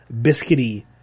biscuity